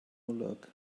lock